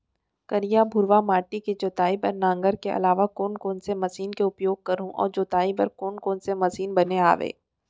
करिया, भुरवा माटी के जोताई बर नांगर के अलावा कोन कोन से मशीन के उपयोग करहुं अऊ जोताई बर कोन कोन से मशीन बने हावे?